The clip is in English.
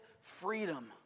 freedom